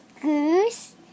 Goose